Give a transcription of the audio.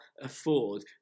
afford